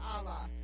Allah